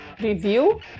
review